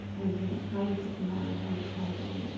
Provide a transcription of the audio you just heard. and, you know, how you put them on and how you tie them. and